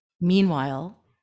Meanwhile